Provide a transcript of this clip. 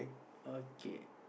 okay